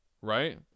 Right